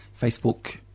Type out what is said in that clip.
Facebook